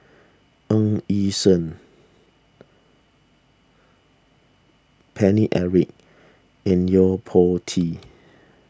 Ng Yi Sheng Paine Eric and Yo Po Tee